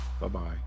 bye-bye